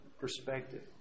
perspective